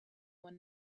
one